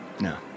No